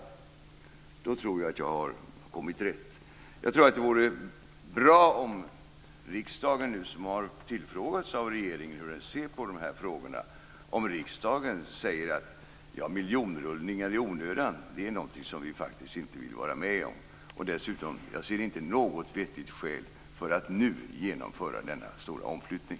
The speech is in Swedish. Jag tror att det stämmer. Det vore bra om vi från riksdagen, som har tillfrågats av regeringen om hur vi ser på de här frågorna, säger att vi inte vill vara med om några miljonrullningar i onödan. Jag ser dessutom inte något vettigt skäl till att nu genomföra denna stora omflyttning.